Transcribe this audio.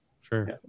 Sure